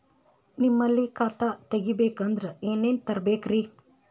ನಿಮ್ಮಲ್ಲಿ ಖಾತಾ ತೆಗಿಬೇಕಂದ್ರ ಏನೇನ ತರಬೇಕ್ರಿ?